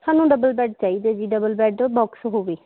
ਸਾਨੂੰ double bed ਚਾਹੀਦੇ ਜੀ ਡਬਲ ਬੈੱਡ ਬੋਕਸ ਹੋਵੇ